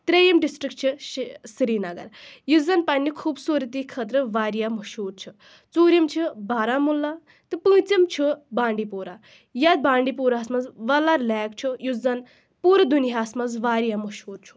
ترٛیٚیِم ڈِسٹرک چھُ شری سرینگر یُس زَن پَنٕنہِ خوٗبصوٗرتی خٲطرٕ واریاہ مشہوٗر چھُ ژوٗرِم چھُ باراہمولہ تہٕ پٲنٛژِم چھُ بانٛڈی پوٗرا یَتھ بانٛڈی پوٗرہَس منٛز وَلَر لیک چھُ یُس زَن پوٗرٕ دُنیاہَس منٛز واریاہ مشہوٗر چھُ